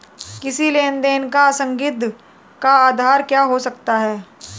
किसी लेन देन का संदिग्ध का आधार क्या हो सकता है?